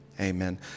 amen